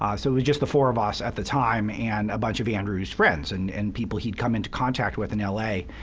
um so it was just the four of us at the time and a bunch of andrew's friends and and people he'd come into contact with in l a.